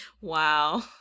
Wow